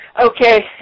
Okay